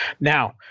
Now